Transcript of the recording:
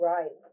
Right